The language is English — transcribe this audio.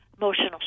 emotional